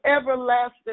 everlasting